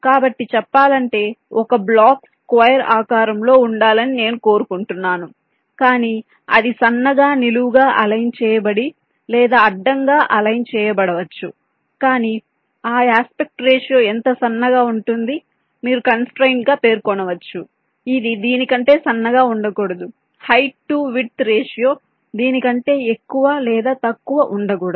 కాబట్టి చెప్పాలంటే ఒక బ్లాక్ స్క్వేర్ ఆకారంలో ఉండాలని నేను కోరుకుంటున్నాను కానీ అది సన్నగా నిలువుగా అలైన్ చేయబడి లేదా అడ్డంగా అలైన్ చేయబడవచ్చు కానీ ఆ యాస్పెక్ట్ రేషియో ఎంత సన్నగా ఉంటుంది మీరు కంస్ట్రయిన్ట్ గా పేర్కొనవచ్చు ఇది దీని కంటే సన్నగా ఉండకూడదు హయిట్ టు విడ్త్ రేషియో దీని కంటే ఎక్కువ లేదా తక్కువ ఉండకూడదు